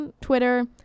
Twitter